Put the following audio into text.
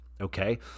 Okay